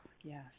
yes